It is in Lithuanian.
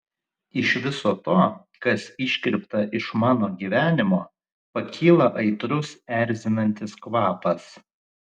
iš viso to kas iškirpta iš mano gyvenimo pakyla aitrus erzinantis kvapas